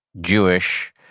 Jewish